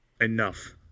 enough